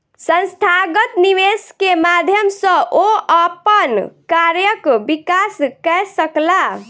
संस्थागत निवेश के माध्यम सॅ ओ अपन कार्यक विकास कय सकला